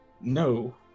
No